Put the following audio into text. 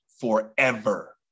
forever